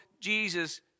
Jesus